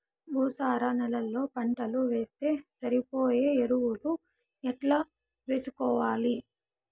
భూసార నేలలో పంటలు వేస్తే సరిపోయే ఎరువులు ఎట్లా వేసుకోవాలి?